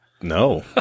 no